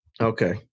Okay